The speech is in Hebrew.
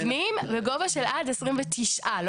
מבנים וגובה של עד 29 מטרים.